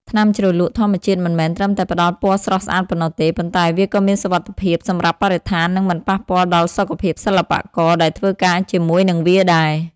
ថ្នាំជ្រលក់ធម្មជាតិមិនមែនត្រឹមតែផ្តល់ពណ៌ស្រស់ស្អាតប៉ុណ្ណោះទេ ប៉ុន្តែវាក៏មានសុវត្ថិភាពសម្រាប់បរិស្ថាននិងមិនប៉ះពាល់ដល់សុខភាពសិល្បករដែលធ្វើការជាមួយនឹងវាដែរ។